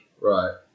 Right